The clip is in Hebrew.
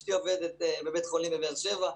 אשתי עובדת בבית החולים בבאר שבע.